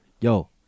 Yo